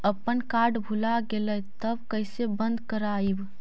अपन कार्ड भुला गेलय तब कैसे बन्द कराइब?